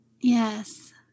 Yes